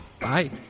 Bye